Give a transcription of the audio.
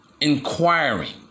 inquiring